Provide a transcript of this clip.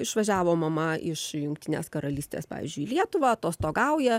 išvažiavo mama iš jungtinės karalystės pavyzdžiui į lietuvą atostogauja